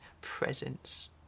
presence